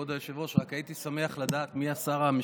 אני קובע כי הצעת החוק התקבלה בקריאה הטרומית,